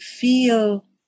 feel